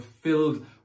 filled